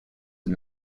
and